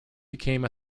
became